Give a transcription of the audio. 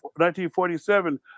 1947